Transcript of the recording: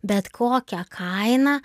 bet kokia kaina